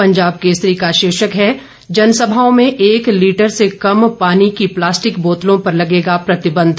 पंजाब केसरी का शीर्षक है जनसभाओं में एक लीटर से कम पानी की प्लास्टिक बोतलों पर लगेगा प्रतिबंध